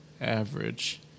average